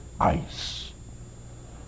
ice